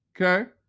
Okay